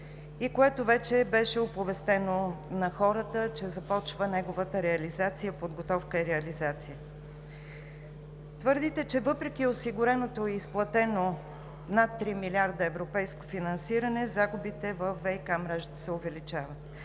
на хората вече беше оповестено, че започва неговата подготовка и реализация. Твърдите, че въпреки осигуреното и изплатено – над три милиарда европейско финансиране, загубите във ВиК мрежата се увеличават.